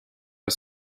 are